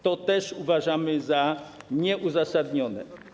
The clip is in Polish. To też uważamy za nieuzasadnione.